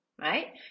right